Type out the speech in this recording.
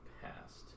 past